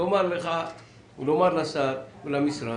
לומר לך או לשר או למשרד,